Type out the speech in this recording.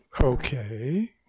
Okay